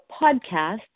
podcast